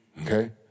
Okay